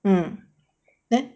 mm there